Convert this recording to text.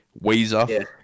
Weezer